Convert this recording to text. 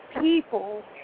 people